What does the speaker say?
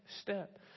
step